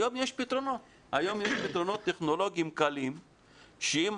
היום יש פתרונות טכנולוגיים קלים שאם